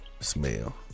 smell